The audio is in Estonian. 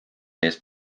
eest